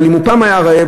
אבל אם הוא פעם היה רעב,